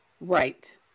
Right